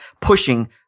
pushing